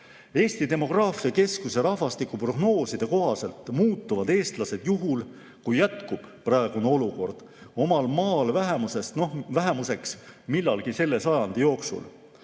Eesti demograafia keskuse rahvastikuprognooside kohaselt muutuvad eestlased, juhul kui jätkub praegune olukord, omal maal vähemuseks millalgi selle sajandi jooksul.